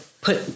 put